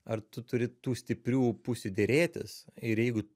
ar tu turi tų stiprių pusių derėtis ir jeigu